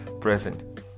present